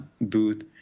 booth